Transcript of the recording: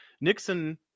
nixon